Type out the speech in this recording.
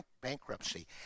bankruptcy